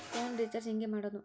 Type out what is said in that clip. Phone recharge ಹೆಂಗೆ ಮಾಡೋದು?